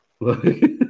Look